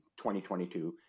2022